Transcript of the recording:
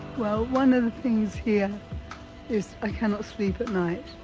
well one of the things here is i cannot sleep at night,